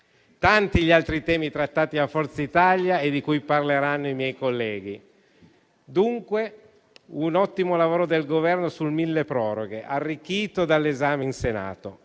Dei molti altri temi trattati da Forza Italia parleranno i miei colleghi. Dunque, è un ottimo lavoro quello del Governo sul milleproroghe, arricchito dall'esame in Senato.